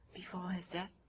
before his death,